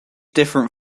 different